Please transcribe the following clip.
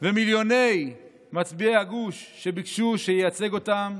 ומיליוני מצביעי הגוש שביקשו שייצג אותם